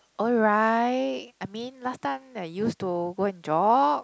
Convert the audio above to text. alright I mean last time I used to go and jog